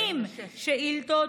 שאילתות.